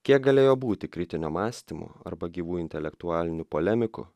kiek galėjo būti kritinio mąstymo arba gyvų intelektualinių polemikų